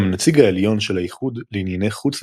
גם הנציג העליון של האיחוד לענייני חוץ